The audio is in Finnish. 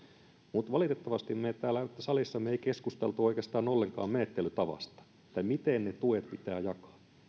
mutta valitettavasti me täällä salissa emme keskustelleet oikeastaan ollenkaan menettelytavasta siitä miten ne tuet pitää